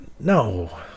No